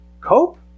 Cope